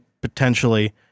potentially